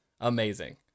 Amazing